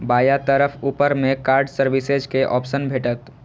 बायां तरफ ऊपर मे कार्ड सर्विसेज के ऑप्शन भेटत